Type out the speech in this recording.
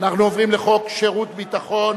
אנחנו עוברים להצעת חוק שירות ביטחון